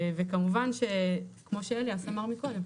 וכמו שאליאס אמר קודם,